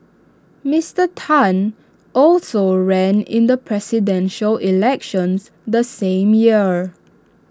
Mister Tan also ran in the Presidential Elections the same year